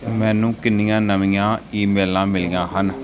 ਮੈਨੂੰ ਕਿੰਨੀਆਂ ਨਵੀਆਂ ਈਮੇਲਾਂ ਮਿਲੀਆਂ ਹਨ